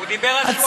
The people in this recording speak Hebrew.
הוא דיבר על שועפאט.